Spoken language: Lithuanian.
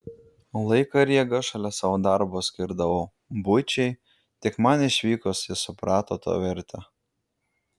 laiką ir jėgas šalia savo darbo skirdavau buičiai tik man išvykus jis suprato to vertę